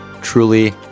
Truly